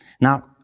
Now